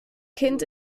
kind